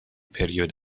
پریود